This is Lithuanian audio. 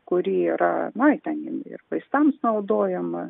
kuri yra na ji ten ir vaistams naudojama